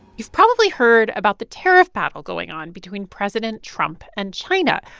you've probably heard about the tariff battle going on between president trump and china,